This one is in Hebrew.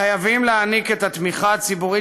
חייבים להעניק את התמיכה הציבורית